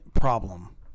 problem